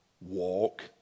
Walk